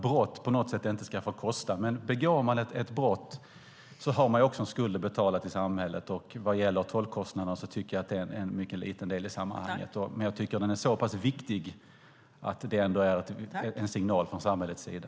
Brott ska inte få kosta, men om man begår ett brott har man en skuld att betala till samhället. Vad gäller tolkkostnaderna tycker jag att det är en mycket liten del i sammanhanget. Jag tycker dock att den är så pass viktig att det ändå är en signal från samhällets sida.